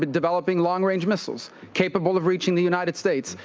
but developing long range missiles capable of reaching the united states,